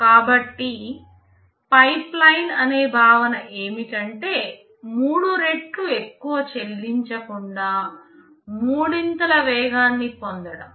కాబట్టి పైప్లైన్ అనే భావన ఏమిటంటే 3 రెట్లు ఎక్కువ చెల్లించకుండా మూడింతల వేగాన్ని పొందడం